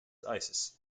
isis